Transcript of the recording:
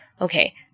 Okay